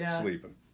sleeping